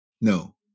No